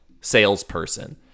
salesperson